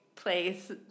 Place